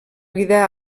vida